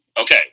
okay